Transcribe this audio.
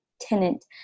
tenant